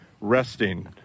resting